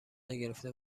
نگرفته